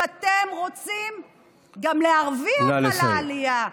ואתם רוצים גם להרוויח על העלייה.